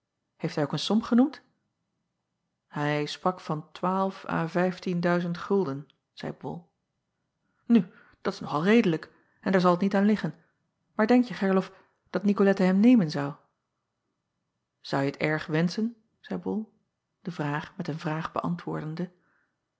heeft hij ook een som genoemd ij sprak van twaalf à vijftien duizend gulden zeî ol u dat is nog al redelijk en daar zal het niet aan liggen maar denkje erlof dat icolette hem nemen zou ouje t erg wenschen zeî ol de vraag met een vraag beäntwoordende